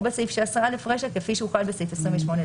או בסעיף 16(א) רישה כפי שהוחל בסעיף 28,